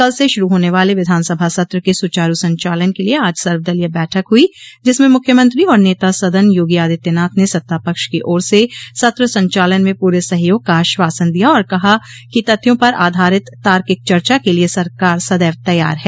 कल से शुरू होने वाले विधानसभा सत्र के सुचारू संचालन के लिये आज सर्वदलीय बैठक हुई जिसमें मुख्यमंत्री और नेता सदन योगी आदित्यनाथ ने सत्ता पक्ष की ओर से सत्र संचालन में पूरे सहयोग का आश्वासन दिया और कहा कि तथ्यों पर आधारित तार्किक चर्चा के लिये सरकार सदैव तैयार है